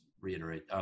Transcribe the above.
Reiterate